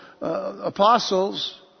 apostles